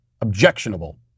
objectionable